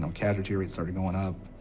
um casualty rates started going up,